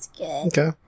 okay